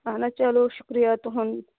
اَہَن حظ چلو شُکریہ تُہُنٛد